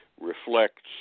reflects